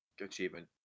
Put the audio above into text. achievement